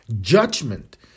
judgment